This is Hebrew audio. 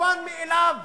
מובן מאליו